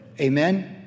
Amen